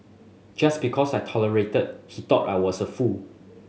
just because I tolerated he thought I was a fool